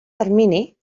termini